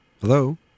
Hello